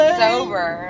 sober